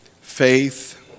faith